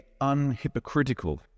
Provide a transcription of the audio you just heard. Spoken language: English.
unhypocritical